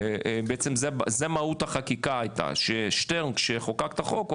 זו הייתה מהות החקיקה כששטרן חוקק את החוק,